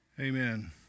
Amen